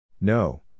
No